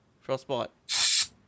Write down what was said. Frostbite